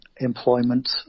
employment